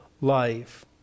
life